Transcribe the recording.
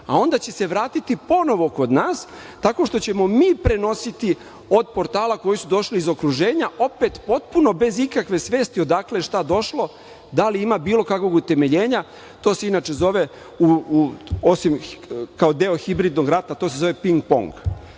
Onda će se vratiti ponovo kod nas, tako što ćemo mi prenositi od portala koji su došli iz okruženja, opet potpuno bez ikakve svesti odakle je i šta došlo, da li ima bilo kakvog utemeljenja. To se inače zove, osim kao deo hibridnog rata, to se zove ping-pong.